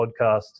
podcast